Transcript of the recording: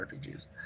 RPGs